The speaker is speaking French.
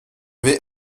vais